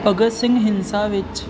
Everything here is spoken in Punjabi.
ਭਗਤ ਸਿੰਘ ਹਿੰਸਾ ਵਿੱਚ